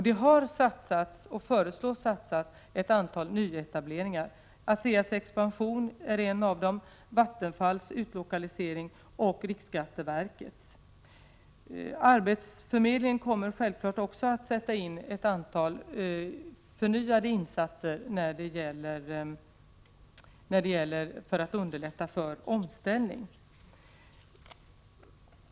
Det har satsats och föreslås satsningar på ett antal nyetableringar. ASEA:s expansion är en av dem, Vattenfalls och riksskatteverkets utlokaliseringar är andra. Arbetsförmedlingen kommer självfallet också att göra ett antal förnyade insatser för att underlätta omställning.